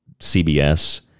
CBS